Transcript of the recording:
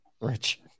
Rich